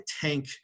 tank